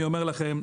אני אומר לכם,